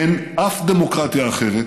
אין אף דמוקרטיה אחרת